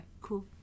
Cool